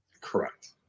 Correct